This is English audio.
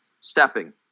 stepping